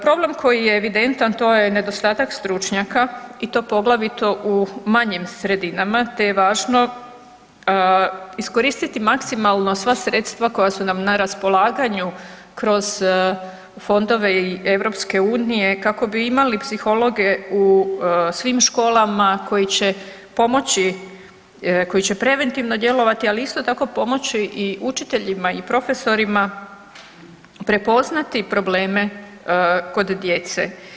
Problem koji je evidentan to je nedostatak stručnjaka i to poglavito u manjim sredinama te je važno iskoristiti maksimalno sva sredstva koja su nam na raspolaganju kroz fondove EU kako bi imali psihologe u svim školama koji će pomoći, koji će preventivno djelovati, ali isto tako pomoći i učiteljima i profesorima prepoznati probleme kod djece.